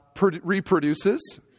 reproduces